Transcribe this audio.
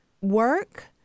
work